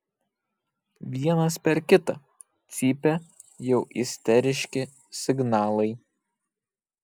vienas per kitą cypia jau isteriški signalai